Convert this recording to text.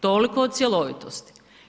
Toliko o cjelovitosti.